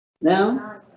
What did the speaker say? now